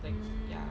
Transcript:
like ya